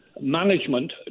management